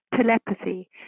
telepathy